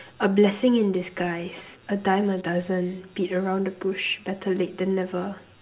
a blessing in disguise a dime a dozen beat around the bush better late than never